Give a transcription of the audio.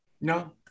No